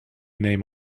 name